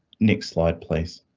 nick slide place.